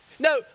No